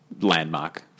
Landmark